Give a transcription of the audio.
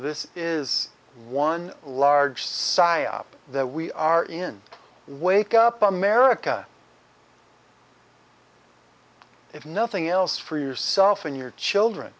this is one large psyop that we are in wake up america if nothing else for yourself and your children